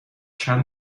چند